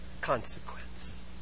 consequence